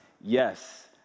yes